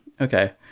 Okay